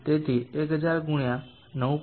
તેથી 1000 × 9